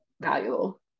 valuable